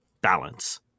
balance